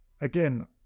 again